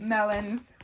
Melons